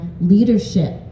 leadership